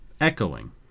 echoing